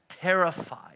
terrified